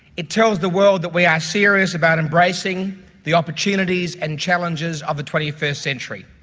it tells the world that we are serious about embracing the opportunities and challenges of the twenty first century.